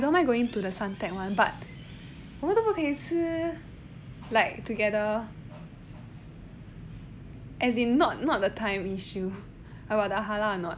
no I don't mind going to the suntec [one] but 我们都不可以吃 like together as in not not the time issue about the halal or not